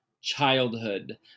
childhood